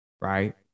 right